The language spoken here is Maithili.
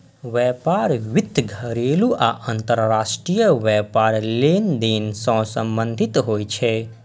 व्यापार वित्त घरेलू आ अंतरराष्ट्रीय व्यापार लेनदेन सं संबंधित होइ छै